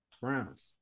Browns